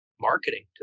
marketing